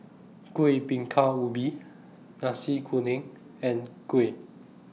Kuih Bingka Ubi Nasi Kuning and Kuih